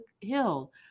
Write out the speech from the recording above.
hill